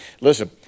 Listen